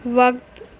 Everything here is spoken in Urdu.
وقت